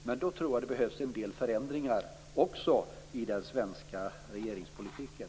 Jag tror dock att det behövs en del förändringar också i den svenska regeringspolitiken.